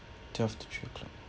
twelve to three o'clock